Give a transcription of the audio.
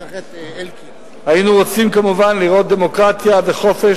היינו רוצים כמובן לראות דמוקרטיה וחופש,